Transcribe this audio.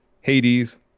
Hades